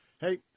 Hey